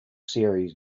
series